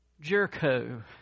Jericho